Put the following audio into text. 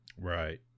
Right